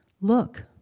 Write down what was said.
Look